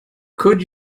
could